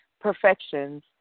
perfections